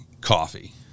coffee